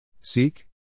Seek